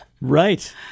Right